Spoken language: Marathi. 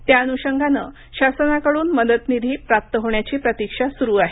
त्या अनुषंगाने शासनाकडून मदत निधी प्राप्त होण्याची प्रतीक्षा सुरू आहे